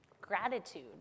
gratitude